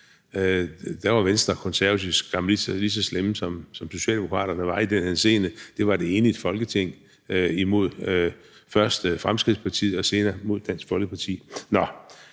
var Venstre og Konservative skam lige så slemme, som Socialdemokraterne var, i den henseende. Der var et enigt Folketing imod først Fremskridtspartiet og senere Dansk Folkeparti.